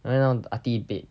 right now ah ti bed